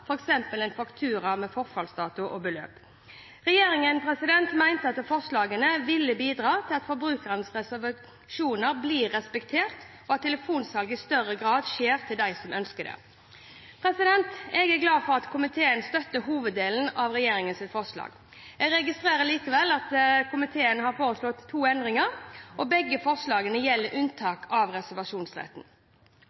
en faktura med forfallsdato og beløp. Regjeringen mente at forslagene ville bidra til at forbrukernes reservasjoner blir respektert, og at telefonsalg i større grad skjer til dem som ønsker det. Jeg er glad for at komiteen støtter hoveddelen av regjeringens forslag. Jeg registrerer likevel at komiteen har foreslått to endringer. Begge forslagene gjelder